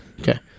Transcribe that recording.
Okay